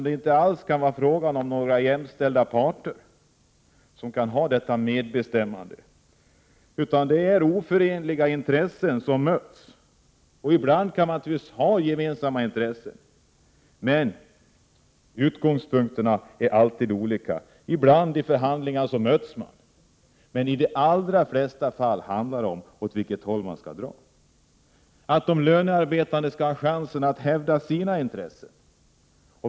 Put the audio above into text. Det kan ju inte vara fråga om några jämställda parter som kan ha detta medbestämmande. Det är oförenliga intressen som möts. Ibland kan man naturligtvis ha gemensamma intressen, men utgångspunkterna är alltid olika. Ibland kan man mötas i förhandlingarna, men i de flesta fall handlar det om åt vilket håll man skall dra. De lönearbetande skall ha chansen att hävda sina intressen.